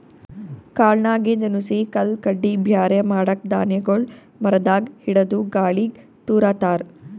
ಕಾಳ್ನಾಗಿಂದ್ ನುಸಿ ಕಲ್ಲ್ ಕಡ್ಡಿ ಬ್ಯಾರೆ ಮಾಡಕ್ಕ್ ಧಾನ್ಯಗೊಳ್ ಮರದಾಗ್ ಹಿಡದು ಗಾಳಿಗ್ ತೂರ ತಾರ್